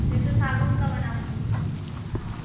जैसे सागौन का बनाऊँगी हाँ